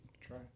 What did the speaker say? Try